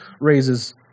raises